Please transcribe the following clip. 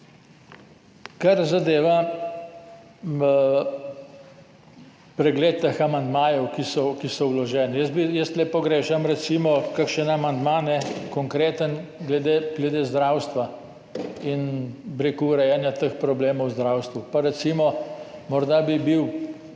Kar zadeva pregled teh amandmajev, ki so vloženi, jaz tu pogrešam, recimo, kakšen konkreten amandma glede zdravstva in urejanja teh problemov v zdravstvu. Pa recimo, morda bi bil